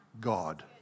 God